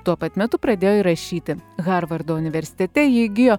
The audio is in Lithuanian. tuo pat metu pradėjo ir rašyti harvardo universitete ji įgijo